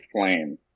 flame